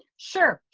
sure,